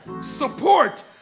support